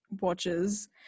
watches